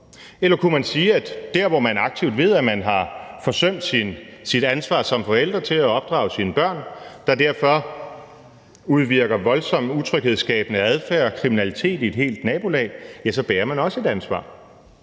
Eller kunne vi sige, at man der, hvor man aktivt ved, at man har forsømt sit ansvar som forældre til at opdrage sine børn, der derfor udvirker voldsomt utryghedsskabende adfærd og kriminalitet i et helt nabolag, så også bærer et ansvar?